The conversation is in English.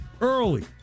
early